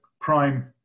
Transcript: prime